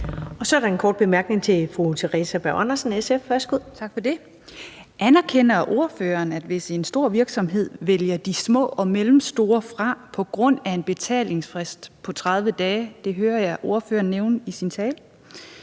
SF. Værsgo. Kl. 19:17 Theresa Berg Andersen (SF): Tak for det. Anerkender ordføreren, at hvis en stor virksomhed vælger de små og mellemstore fra på grund af en betalingsfrist på 30 dage – det hører jeg ordføreren nævne i sin tale